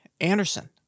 Anderson